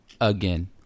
again